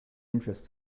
interest